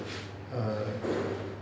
err